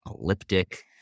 Elliptic